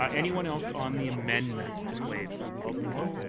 ah anyone else on the amendment? just wave. alderman lowe?